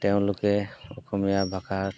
তেওঁলোকে অসমীয়া ভাষাত